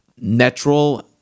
natural